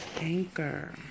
Anchor